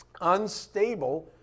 unstable